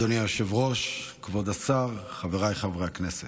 אדוני היושב-ראש, כבוד השר, חבריי חברי הכנסת.